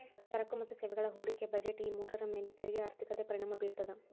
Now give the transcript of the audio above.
ಸರಕು ಮತ್ತ ಸೇವೆಗಳ ಹೂಡಿಕೆ ಬಜೆಟ್ ಈ ಮೂರರ ಮ್ಯಾಲೆ ತೆರಿಗೆ ಆರ್ಥಿಕತೆ ಪರಿಣಾಮ ಬೇರ್ತದ